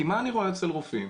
כי מה אני רואה אצל רופאים?